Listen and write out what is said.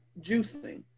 juicing